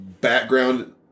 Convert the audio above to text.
background